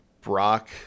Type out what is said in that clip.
Brock